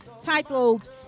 titled